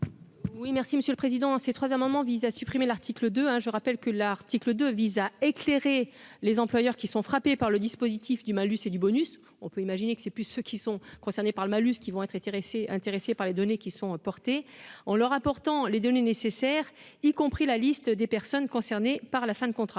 Oui, merci Monsieur le Président, ces trois amendements visent à supprimer l'article de hein, je rappelle que l'article de visa éclairer les employeurs qui sont frappés par le dispositif du malus, c'est du bonus, on peut imaginer que c'est plus ceux qui sont concernées par le malus qui vont être intéressés, intéressés par les données qui sont encore. Tu es en leur apportant les données nécessaires, y compris la liste des personnes concernées par la fin de contrat,